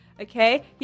Okay